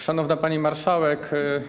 Szanowna Pani Marszałek!